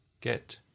get